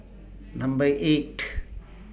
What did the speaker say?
Number eight